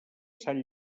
sant